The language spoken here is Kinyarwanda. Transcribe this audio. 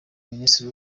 minisitiri